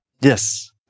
Yes